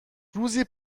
روزی